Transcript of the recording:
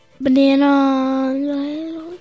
Banana